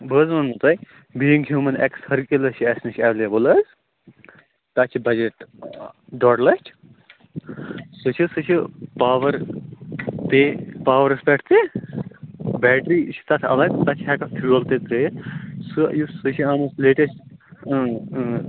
بہٕ حظ وَنَو تۄہہِ بیٖنگ ہیوٗمَن ایٚکٕس چھِ اَسہِ نِش ایٚویلیبٕل حظ تَتھ چھِ بَجَٹ ڈۄڈ لَچھ سۄ چھِ سۄ چھِ پاوَر بیٚیہِ پاوٕرَس پٮ۪ٹھ تہِ بیٹری چھِ تَتھ الگ تَتھ چھِ ہٮ۪کان فیول تہِ ترٲوِتھ سُہ یُس سُہ چھِ آمٕژ لیٹیشٹ اۭں اۭ